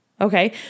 Okay